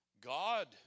God